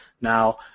now